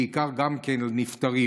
בעיקר גם כן לנפטרים.